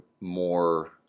more